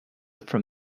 from